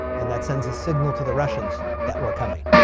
and that sends a signal to the russians that we're coming.